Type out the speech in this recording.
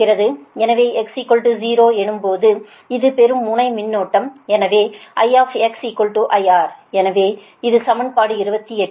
எனவே x 0 எனும் போது இது பெறும் முனை மின்னோட்டம் எனவே I IR எனவே இது சமன்பாடு 28